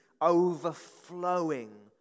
overflowing